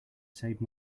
save